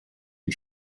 die